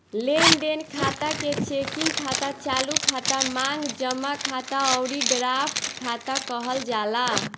लेनदेन खाता के चेकिंग खाता, चालू खाता, मांग जमा खाता अउरी ड्राफ्ट खाता कहल जाला